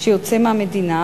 שיוצא מהמדינה,